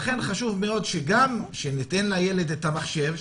לכן חשוב מאוד כשניתן לילד את המחשב,